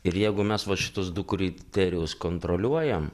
ir jeigu mes va šituos du kriterijus kontroliuojam